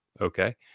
okay